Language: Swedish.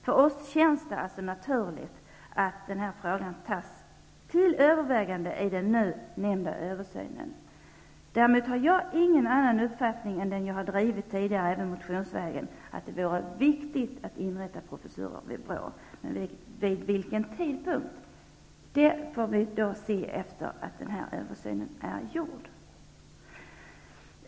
För oss känns det alltså naturligt att frågan tas upp för övervägande i den nu nämnda översynen. Jag har ingen annan uppfattning än den som jag tidigare har drivit -- även motionsvägen --, nämligen att det är viktigt att inrätta professurer vid BRÅ. Vid vilken tidpunkt, det får vi se efter det att den här översynen är gjord.